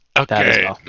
Okay